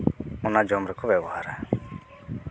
ᱚᱱᱟ ᱡᱚᱢ ᱨᱮᱠᱚ ᱵᱮᱵᱚᱦᱟᱨᱟ